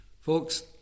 Folks